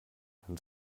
dann